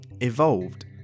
evolved